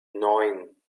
neun